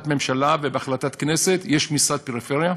הממשלה ובהחלטת הכנסת יש משרד פריפריה,